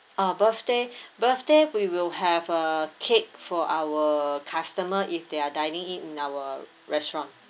uh birthday birthday we will have a cake for our customer if they are dining in in our restaurant